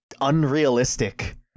unrealistic